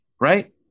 Right